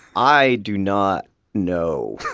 i do not know.